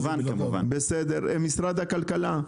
משרד הכלכלה,